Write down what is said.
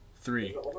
three